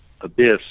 abyss